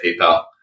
PayPal